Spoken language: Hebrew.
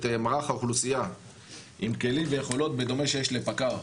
מערך האוכלוסייה עם כלים ויכולות בדומה שיש לפק"ר.